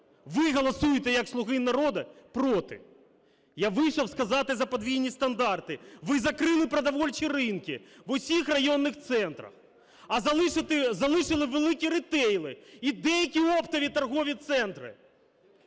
ви голосуєте як "Слуга народу" проти. Я вийшов сказати про подвійні стандарти. Ви закрили продовольчі ринки в усіх районних центрах, а залишили великі рітейли і деякі оптові торгові центри.